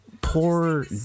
poor